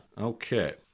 Okay